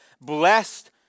Blessed